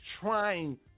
trying